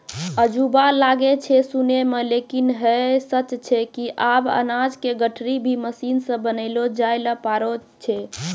अजूबा लागै छै सुनै मॅ लेकिन है सच छै कि आबॅ अनाज के गठरी भी मशीन सॅ बनैलो जाय लॅ पारै छो